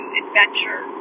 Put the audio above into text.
adventure